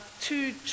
two